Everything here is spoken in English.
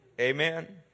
Amen